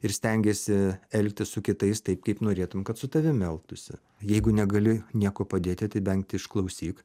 ir stengiesi elgtis su kitais taip kaip norėtum kad su tavim elgtųsi jeigu negali niekuo padėti tai bent išklausyk